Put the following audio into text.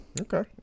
Okay